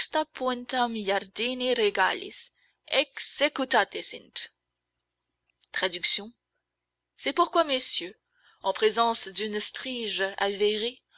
c'est pourquoi messieurs en présence d'une stryge